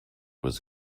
was